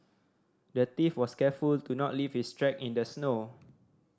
the thief was careful to not leave his track in the snow